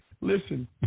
Listen